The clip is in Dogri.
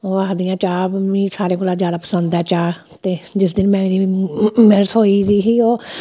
ओह् आक्खदियां चाह् मी सारे कोला जैदा पसंद ऐ चाह् ते जिस दिन मेरी में रसोई ही